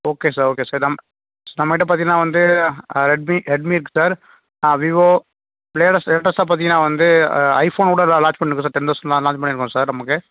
okay sir okay sir நம்ம நம்மகிட்ட பார்த்தீங்கன்னா வந்து ரெட்மி ரெட்மி இருக்குது சார் ஆ விவோ லேட்டஸ்ட் லேட்டஸ்ட்டாக பார்த்தீங்கன்னா வந்து ஐஃபோனோடு லாஞ்ச் பண்ணியிருக்கோம் சார் டென் தெளசண்ட் லாஞ்ச் பண்ணியிருக்கோம் சார் நமக்கு